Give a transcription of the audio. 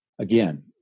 Again